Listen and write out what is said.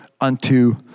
unto